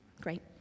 great